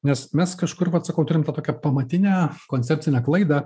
nes mes kažkur vat sakau turim tą tokią pamatinę koncepcinę klaidą